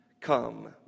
Come